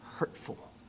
hurtful